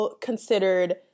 considered